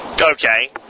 Okay